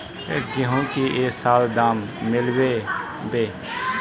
गेंहू की ये साल दाम मिलबे बे?